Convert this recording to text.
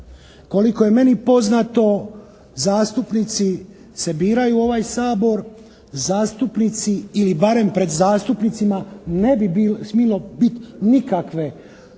Koliko je meni poznato zastupnici se biraju u ovaj Sabor, zastupnici ili barem pred zastupnicima ne bi smjelo biti nikakve tajne